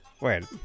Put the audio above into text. Wait